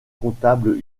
comptables